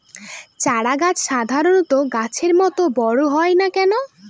চারা গাছ সাধারণ গাছের মত বড় হয় না কেনো?